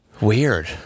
Weird